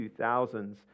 2000s